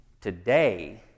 Today